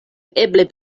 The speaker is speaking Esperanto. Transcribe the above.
eble